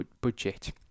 budget